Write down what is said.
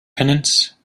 penance